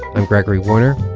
i'm gregory warner,